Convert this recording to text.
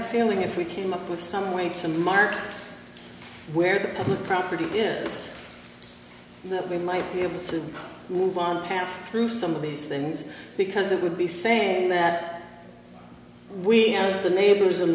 a feeling if we came up with some way to mark where the public property is that we might be able to move on passed through some of these things because it would be saying that we are the neighbors in